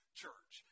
church